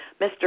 Mr